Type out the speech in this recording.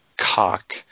cock